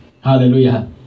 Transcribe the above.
Hallelujah